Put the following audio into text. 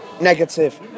Negative